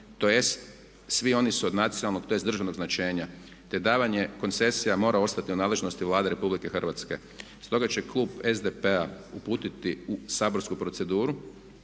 tj. svi oni su od nacionalnog tj. državnog značenja, te davanje koncesija mora ostati u nadležnosti Vlada Republike Hrvatske. Stoga će klub SDP-a uputiti u saborsku proceduru